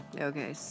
Okay